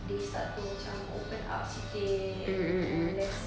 they start to macam open up sikit and then more or less